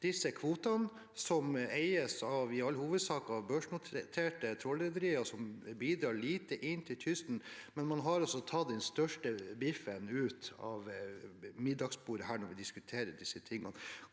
i all hovedsak eies av børsnoterte trålerrederier som bidrar lite inn til kysten. Man har altså tatt den største biffen av middagsbordet når vi diskuterer disse tingene.